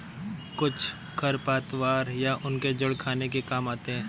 कुछ खरपतवार या उनके जड़ खाने के काम आते हैं